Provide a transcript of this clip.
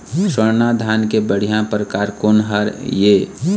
स्वर्णा धान के बढ़िया परकार कोन हर ये?